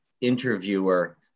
interviewer